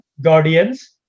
Guardians